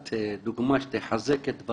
את הדיון של ישיבת הפנים והגנת הסביבה.